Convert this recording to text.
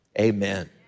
amen